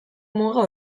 muga